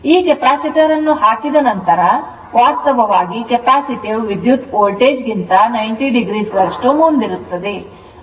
ಈಗ ಕೆಪಾಸಿಟರ್ ಅನ್ನು ಹಾಕಿದ ನಂತರ ವಾಸ್ತವವಾಗಿ ಕೆಪ್ಯಾಸಿಟಿವ್ ವಿದ್ಯುತ್ ವೋಲ್ಟೇಜ್ ಗಿಂತ 90o ಮುಂದಿರುತ್ತದೆ